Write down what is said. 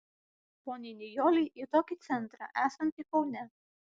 poniai nijolei į tokį centrą esantį kaune